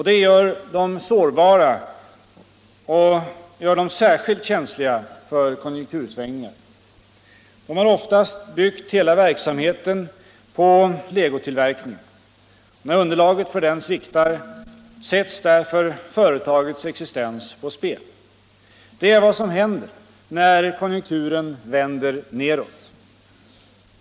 Det gör dem sårbara, och det gör dem särskilt känsliga för konjunktursvängningar. De har oftast byggt hela verksamheten på legotillverkningen. När underlaget för den sviktar sätts därför företagets existens på spel. Det är vad som händer när konjunkturen vänder neråt.